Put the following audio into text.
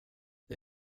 det